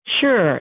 Sure